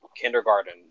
kindergarten